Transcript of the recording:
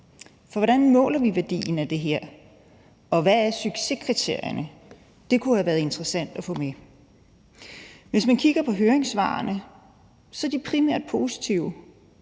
For hvordan måler vi værdien af det her? Og hvad er succeskriterierne? Det kunne have været interessant at få med. Hvis man kigger på høringssvarene, er de primært positive,